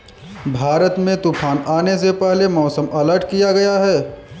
भारत में तूफान आने से पहले मौसम अलर्ट किया गया है